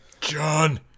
John